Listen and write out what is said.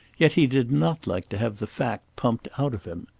yet he did not like to have the fact pumped out of him.